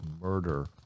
murder